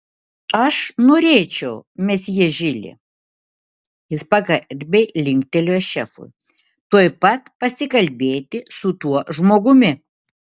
aš norėčiau mesjė žili jis pagarbiai linktelėjo šefui tuoj pat pasikalbėti su tuo žmogumi